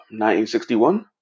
1961